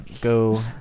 go